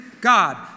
God